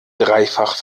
dreifach